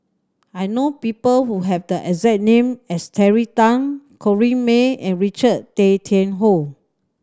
I know people who have the exact name as Terry Tan Corrinne May and Richard Tay Tian Hoe